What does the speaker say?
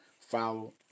Follow